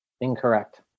Incorrect